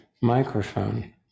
microphone